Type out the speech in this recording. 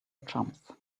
chumps